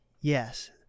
yes